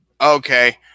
okay